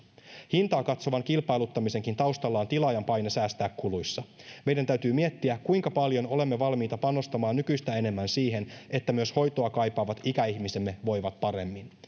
hintaa katsovan kilpailuttamisenkin taustalla on tilaajan paine säästää kuluissa meidän täytyy miettiä kuinka paljon olemme valmiita panostamaan nykyistä enemmän siihen että myös hoitoa kaipaavat ikäihmisemme voivat paremmin